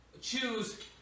choose